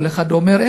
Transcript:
כל אחד אומר,